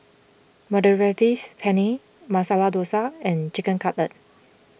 Mediterranean Penne Masala Dosa and Chicken Cutlet